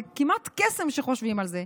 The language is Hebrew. זה כמעט קסם, כשחושבים על זה.